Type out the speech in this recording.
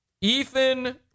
Ethan